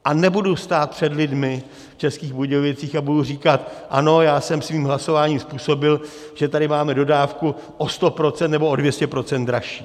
A nebudu stát před lidmi v Českých Budějovicích a budu říkat, ano, já jsem svým hlasováním způsobil, že tady máme dodávku o 100 % nebo o 200 % dražší.